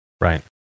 Right